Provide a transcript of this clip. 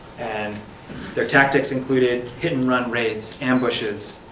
and their tactics included hit-and-run raids, ambushes,